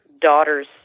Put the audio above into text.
daughters